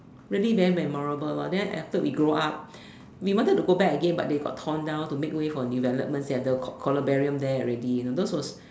really very memorable lor then after we grow up we wanted to go back again but they got torn down to make way for development centre col~ columbarium there already those was